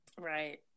Right